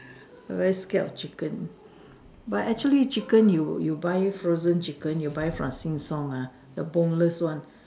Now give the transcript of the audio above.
very scared of chicken but actually you you buy frozen chicken you buy from Sheng-Siong ah the Boneless one